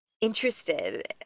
interested